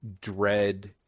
Dread